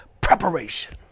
preparation